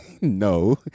No